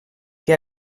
que